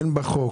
כן בחוק,